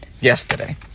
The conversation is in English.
yesterday